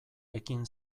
ekin